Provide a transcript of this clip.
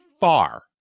far